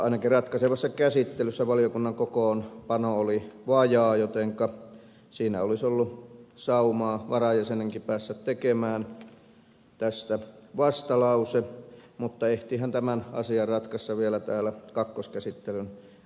ainakin ratkaisevassa käsittelyssä valiokunnan kokoonpano oli vajaa jotenka siinä olisi ollut saumaa varajäsenenkin päästä tekemään tästä vastalause mutta ehtiihän tämän asian ratkaista vielä täällä kakkoskäsittelyn äänestyksessä